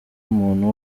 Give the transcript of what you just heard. muntu